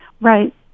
Right